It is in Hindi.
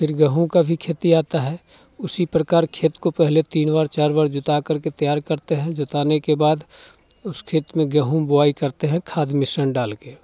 फिर गेहूँ का भी खेती आता है उसी प्रकार खेत को पहले तीन बार चार बार जोता करके तैयार करते हैं जोताने के बाद उस खेत में गेहूँ बोआई करते हैं खाद मिश्रण डाल के